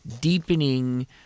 deepening